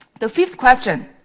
the fifth question.